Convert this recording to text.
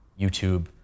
YouTube